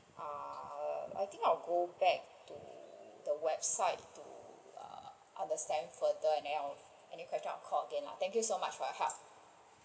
ah I think I will go back to the website to ah understand further and then I will any questions I will call again lah thank you so much for your help